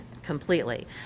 Completely